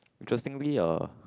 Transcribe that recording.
interestingly uh